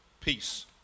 peace